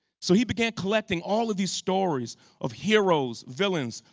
so he began collecting all of these stories of heroes, villains,